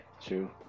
true